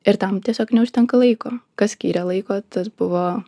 ir tam tiesiog neužtenka laiko kas skyrė laiko tas buvo